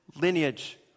lineage